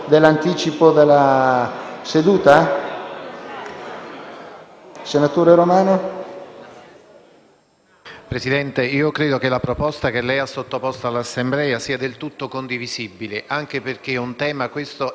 Presidente, io credo che la proposta che lei ha sottoposto all'Assemblea sia del tutto condivisibile, anche perché questo è un tema eticamente